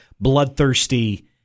bloodthirsty